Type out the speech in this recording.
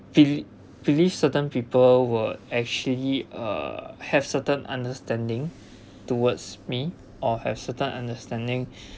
bel~ believe certain people were actually uh have certain understanding towards me or have certain understanding